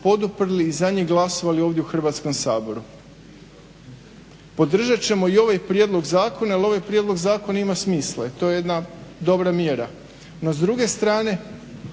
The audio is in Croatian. i za njih glasovali ovdje u Hrvatskom saboru. Podržat ćemo i ovaj prijedlog zakona jer ovaj prijedlog zakona ima smisla i to je jedna dobra mjera. No s druge strane